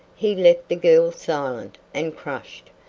he left the girl silent and crushed,